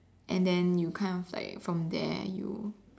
and then you kind of like from there you